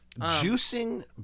juicing